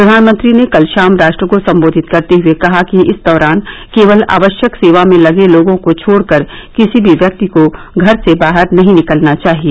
प्रधानमंत्री ने कल शाम राष्ट्र को संबोधित करते हुए कहा कि इस दौरान केवल आवश्यक सेवा में लगे लोगों को छोडकर किसी भी व्यक्ति को घर से बाहर नहीं निकलना चाहिए